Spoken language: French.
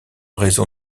raison